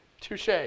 Touche